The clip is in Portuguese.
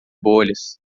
bolhas